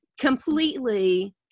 completely